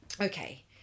Okay